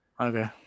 Okay